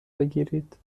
بگیرید